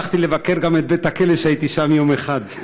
הלכתי לבקר גם את בית-הכלא שהייתי שם יום אחד.